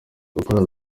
gukora